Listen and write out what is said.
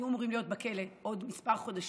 שאמורים היו להיות בכלא עוד כמה חודשים,